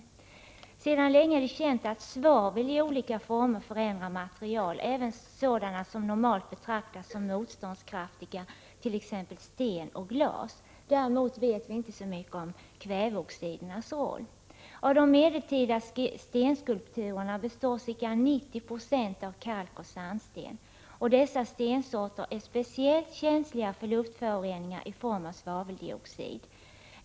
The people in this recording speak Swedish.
Sedan länge är det känt att svavel i olika former förändrar material, även sådana som normalt betraktas som motståndskraftiga, t.ex. sten och glas. Däremot vet vi inte så mycket om kväveoxidernas roll. Av de medeltida stenskulpturerna består ca 90 § av kalkoch sandsten. Dessa stensorter är speciellt känsliga för luftföroreningar i form av svaveldioxid.